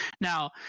Now